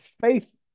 faith